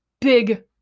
big